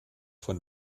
von